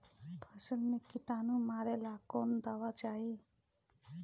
फसल में किटानु मारेला कौन दावा चाही?